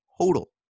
total